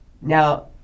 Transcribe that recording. Now